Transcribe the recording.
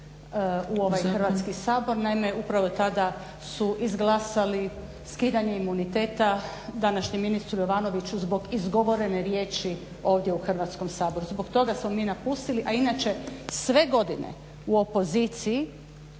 u ovaj Hrvatski sabor. Naime upravo tada su izglasali skidanje imuniteta današnjem ministru Jovanoviću zbog izgovorene riječi ovdje u Hrvatskom saboru. Zbog toga smo mi napustili a inače sve godine u opoziciji